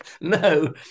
No